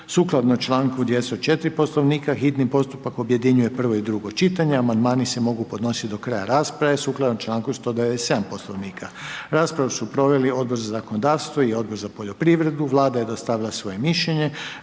sukladno članku 204. Poslovnika. Hitni postupak objedinjuje prvo i drugo čitanje, amandmani se mogu podnositi do kraja rasprave, sukladno članku 197. Poslovnika. Raspravu su proveli Odbor za zakonodavstvo i Odbor za poljoprivredu, Vlada je dostavila svoje mišljenje.